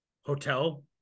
hotel